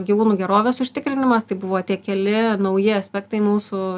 gyvūnų gerovės užtikrinimas tai buvo tie keli nauji aspektai mūsų